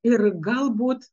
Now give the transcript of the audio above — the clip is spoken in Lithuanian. ir galbūt